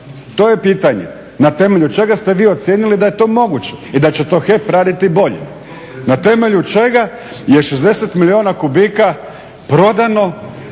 To je pitanje. Na temelju čega ste vi ocijenili da je to moguće i da će to HEP raditi bolje? Na temelju čega je 60 milijuna kubika prodano